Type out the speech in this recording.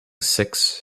six